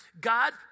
God